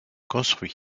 construit